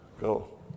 go